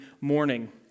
morning